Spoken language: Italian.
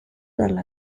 dalla